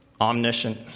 omniscient